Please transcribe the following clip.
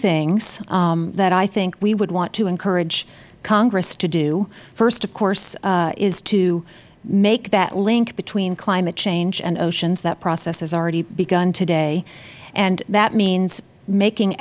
things that i think we would want to encourage congress to do first of course is to make that link between climate change and oceans that process has already begun today and that means making